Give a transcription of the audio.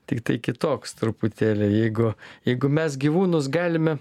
tiktai kitoks truputėlį jeigu jeigu mes gyvūnus galime